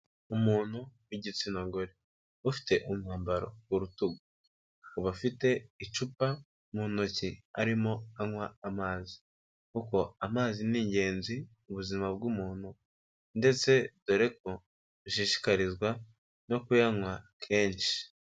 Umuntu w'igitsina gore ufite umwambaro ku rutugu, akaba afite icupa mu ntoki arimo anywa amazi kuko amazi ni ingenzi mu buzima bw'umuntu ndetse dore ko dushishikarizwa no kuyanywa kenshi.